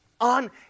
on